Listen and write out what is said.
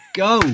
go